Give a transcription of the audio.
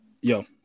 yo